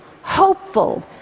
hopeful